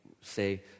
say